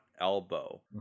elbow